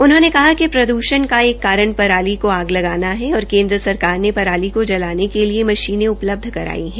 उन्होंने कहा कि प्रद्वषण का एक कारण पराली को आग लगाना है और केन्द्र सरकार ने पराली को जलाने के लिए मशीनें उपलब्ध कराई है